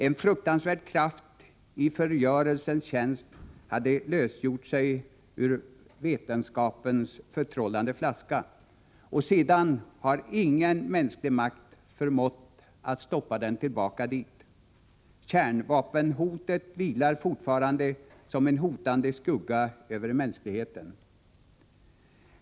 En fruktansvärd kraft i förgörelsens tjänst hade lösgjort sig ur vetenskapens förtrollade flaska, och sedan har ingen mänsklig makt förmått att stoppa den tillbaka dit. Kärnvapenhotet vilar fortfarande som en hotande skugga över mänskligheten.